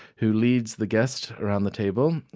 who leads the guest around the table,